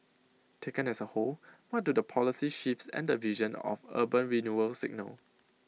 taken as A whole what do the policy shifts and the vision of urban renewal signal